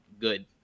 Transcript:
good